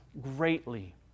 greatly